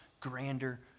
grander